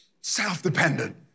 self-dependent